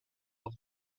and